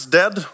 dead